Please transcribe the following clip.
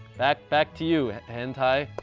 back back to you, hentai.